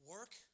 Work